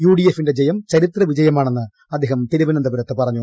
U D എഫിന്റെ ജയം ചരിത്രവിജയമാണെന്ന് അദ്ദേഹം തിരുവനന്തപുരത്ത് പറഞ്ഞു